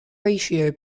ratio